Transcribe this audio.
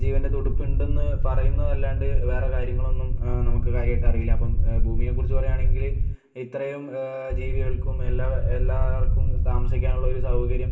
ജീവന്റെ തുടിപ്പ് ഉണ്ടെന്ന് പറയുന്നതല്ലാണ്ട് വേറെ കാര്യങ്ങളൊന്നും നമുക്ക് കാര്യമായിട്ട് അറിയില്ല അപ്പം ഭൂമിനെ കുറിച്ച് പറയുകയാണെങ്കില് ഇത്രയും ജീവികൾക്കും എല്ലാ എല്ലാവർക്കും താമാസിക്കാനുള്ളൊരു സൗകര്യം